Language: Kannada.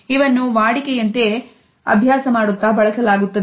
ಇವನ್ನು ವಾಡಿಕೆಯಂತೆ ಅಭ್ಯಾಸ ಮಾಡುತ್ತಾ ಬಳಸಲಾಗುತ್ತದೆ